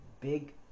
big